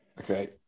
okay